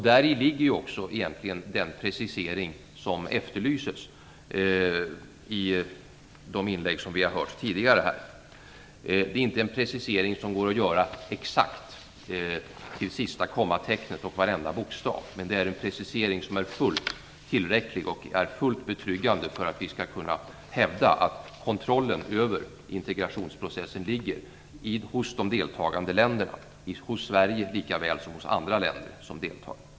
Däri ligger egentligen den precisering som efterlyses i de inlägg som vi hört tidigare här. Det är inte en precisering som går att göra exakt, till sista kommatecknet och till varenda bokstav. Men det är en precisering som är fullt tillräcklig och fullt betryggande för att vi skall kunna hävda att kontrollen över integrationsprocessen ligger hos de deltagande länderna - hos Sverige lika väl som hos andra länder som deltar.